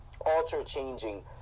alter-changing